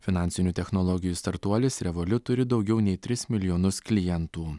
finansinių technologijų startuolis revoliut turi daugiau nei tris milijonus klientų